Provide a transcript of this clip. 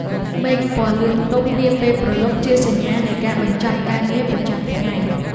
មេឃពណ៌លឿងទុំនាពេលព្រលប់ជាសញ្ញានៃការបញ្ចប់ការងារប្រចាំថ្ងៃ។